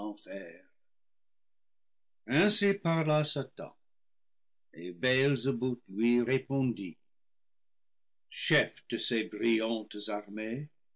ainsi parla salan et béelzébuth lui répondit chef de ces brillantes armées